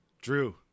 Drew